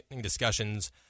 discussions